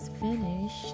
finished